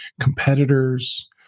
competitors